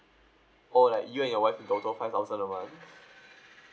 oh like you and your wife in total five thousand a month